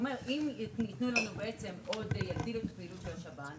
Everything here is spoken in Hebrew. אם יתנו לנו בעצם עוד --- של השב"ן,